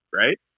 right